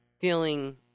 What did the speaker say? feeling